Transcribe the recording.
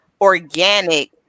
organic